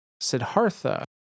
Siddhartha